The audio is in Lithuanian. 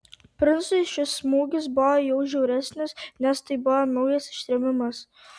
princui šis smūgis buvo juo žiauresnis nes tai buvo naujas ištrėmimas